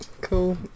Cool